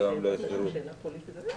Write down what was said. אני לא משער.